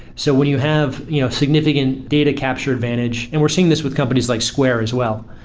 so when you have you know significant data capture advantage, and we're seeing this with companies like square as well.